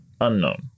unknown